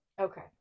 okay